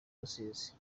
rusizi